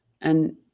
And-